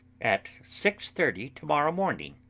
at six thirty to-morrow morning!